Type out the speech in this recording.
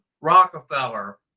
Rockefeller